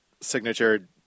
signature